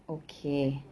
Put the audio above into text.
okay